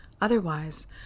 Otherwise